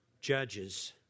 judges